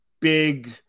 big